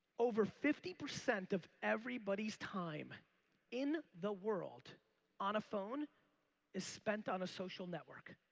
over fifty percent of everybody's time in the world on a phone is spent on a social network.